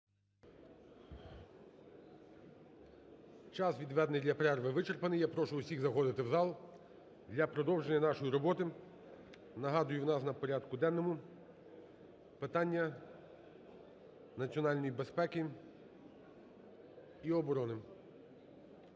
Час, відведений для перерви, вичерпаний, я прошу всіх заходити в зал для продовження нашої роботи. Нагадую, у нас на порядку денному питання національної безпеки і оборони.